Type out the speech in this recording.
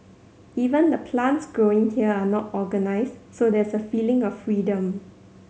even the plants growing here are not organised so there's a feeling of freedom